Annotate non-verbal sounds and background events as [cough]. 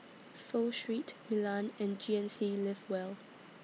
[noise] Pho Street Milan and G N C Live Well